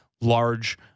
large